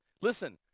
Listen